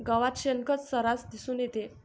गावात शेणखत सर्रास दिसून येते